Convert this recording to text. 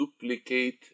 duplicate